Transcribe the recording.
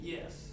Yes